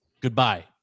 Goodbye